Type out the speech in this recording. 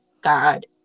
God